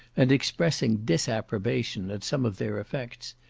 and expressing disapprobation at some of their effects,